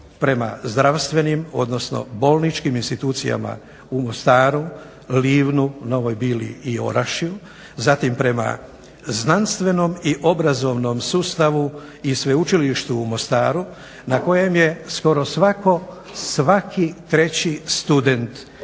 prema zdravstvenim odnosno bolničkim institucijama u Mostaru, Livnu, Novoj Bili i Orašju, zatim prema znanstvenom i obrazovnom sustavu i Sveučilištu u Mostaru na kojem je skoro svaki treći student iz